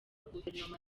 guverinoma